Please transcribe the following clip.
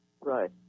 Right